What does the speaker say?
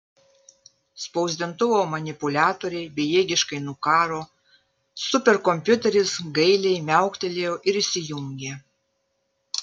spausdintuvo manipuliatoriai bejėgiškai nukaro superkompiuteris gailiai miauktelėjo ir išsijungė